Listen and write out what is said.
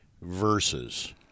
verses